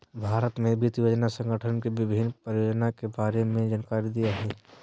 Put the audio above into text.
भारत में वित्त योजना संगठन के विभिन्न परियोजना के बारे में जानकारी दे हइ